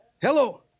Hello